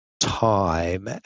time